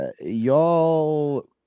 y'all